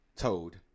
toad